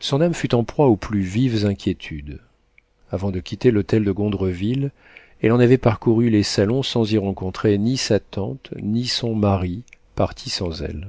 son âme fut en proie aux plus vives inquiétudes avant de quitter l'hôtel de gondreville elle en avait parcouru les salons sans y rencontrer ni sa tante ni son mari partis sans elle